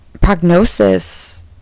prognosis